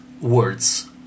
words